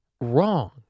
Wrong